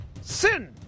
Sin